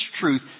truth